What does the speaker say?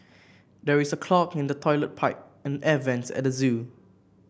there is a clog in the toilet pipe and the air vents at zoo